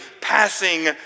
passing